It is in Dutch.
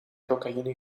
cocaïne